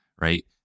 right